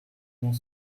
l’ont